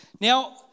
Now